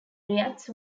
reacts